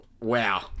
wow